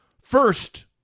First